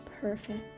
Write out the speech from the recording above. Perfect